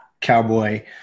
cowboy